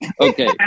Okay